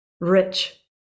rich